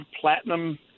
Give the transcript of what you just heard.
Platinum